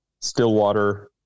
Stillwater